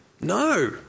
No